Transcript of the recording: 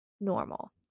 normal